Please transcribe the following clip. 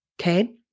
Okay